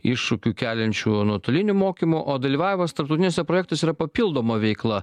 iššūkių keliančiu nuotoliniu mokymu o dalyvavimas tarptautiniuose projektuose yra papildoma veikla